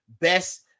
Best